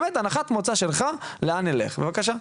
באמת, הנחת מוצא שלך, לאן נלך, בבקשה.